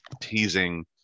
teasing